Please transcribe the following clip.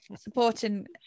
supporting